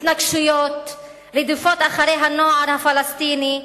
התנקשויות, רדיפות אחרי הנוער הפלסטיני,